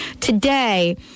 Today